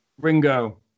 Ringo